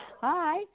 Hi